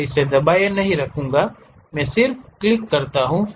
मैं इसे दबाए नहीं रख रहा हूं मैं सिर्फ क्लिक करता हूं